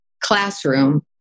classroom